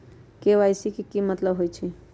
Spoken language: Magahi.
के.वाई.सी के कि मतलब होइछइ?